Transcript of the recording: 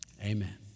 Amen